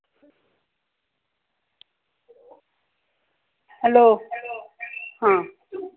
hello आं